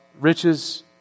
riches